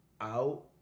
out